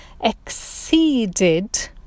exceeded